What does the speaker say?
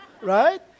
Right